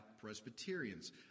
Presbyterians